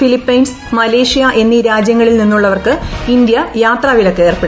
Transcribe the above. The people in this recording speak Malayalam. ഫിലിപ്പെൻസ് മലേഷ്യ എന്നീ ര്ാജ്യങ്ങളിൽ നിന്നുള്ളവർക്ക് ഇന്ത്യ യാത്രാവിലക്ക് ഏർപ്പെടുത്തി